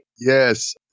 Yes